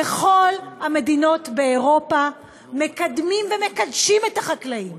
בכל המדינות באירופה מקדמים ומקדשים את החקלאים,